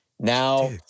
now